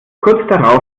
kurz